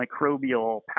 microbial